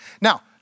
Now